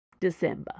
December